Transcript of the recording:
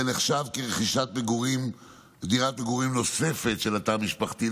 זה נחשב לרכישת דירת מגורים נוספת של התא המשפחתי,